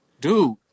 dude